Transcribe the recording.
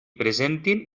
presentin